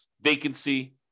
vacancy